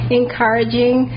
encouraging